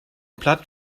platt